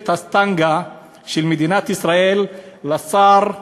הסטנגה של מדינת ישראל לשר התחבורה,